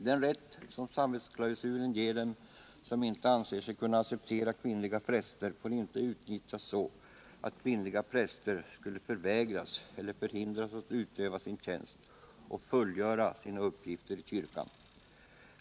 Den rätt som samvetsklausulen ger dem som inte anser sig kunna acceptera kvinnliga präster får inte utnyttjas så att kvinnliga präster skulle kunna förvägras eller förhindras att utöva sin tjänst och fullgöra sina uppgifter i kyrkan.